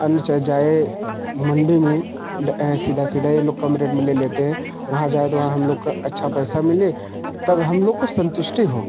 अन्य जाए मंडी में सीधा सीधा यह लोग कम रेट में ले लेते हैं वहाँ जाए तो वहाँ हम लोग का अच्छा पैसा मिले तब हम लोग को संतुष्टि हो